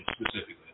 specifically